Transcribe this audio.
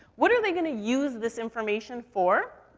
what are they gonna use this information for?